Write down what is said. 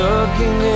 Looking